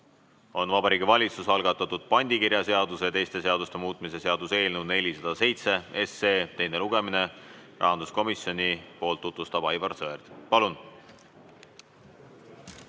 on Vabariigi Valitsuse algatatud pandikirjaseaduse ja teiste seaduste muutmise seaduse eelnõu 407 teine lugemine. Rahanduskomisjoni poolt tutvustab seda Aivar Sõerd. Palun!